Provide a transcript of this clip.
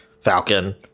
Falcon